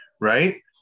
right